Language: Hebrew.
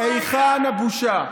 היכן הבושה?